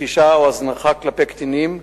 נטישה או הזנחה כלפי קטינים,